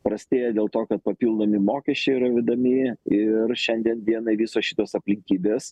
prastėja dėl to kad papildomi mokesčiai yra vedami ir šiandien dienai visos šitos aplinkybės